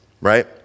right